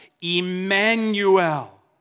Emmanuel